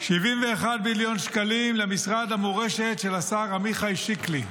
71 מיליון שקלים למשרד המורשת של השר עמיחי שיקלי.